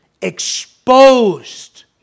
Exposed